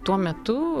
tuo metu